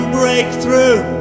breakthrough